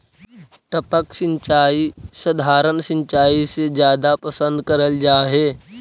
टपक सिंचाई सधारण सिंचाई से जादा पसंद करल जा हे